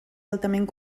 altament